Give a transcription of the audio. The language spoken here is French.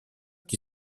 qui